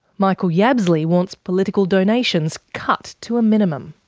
michael yabsley wants political donations cut to a minimum.